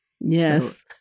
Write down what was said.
Yes